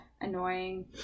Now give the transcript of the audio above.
annoying